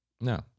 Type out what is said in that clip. no